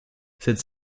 cette